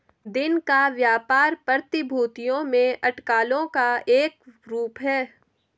दिन का व्यापार प्रतिभूतियों में अटकलों का एक रूप है